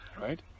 Right